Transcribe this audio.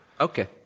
Okay